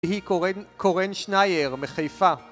‫היא קורן שנייר, מחיפה.